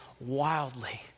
wildly